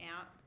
out